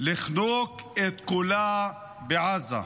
לחנוק את קולה בעזה.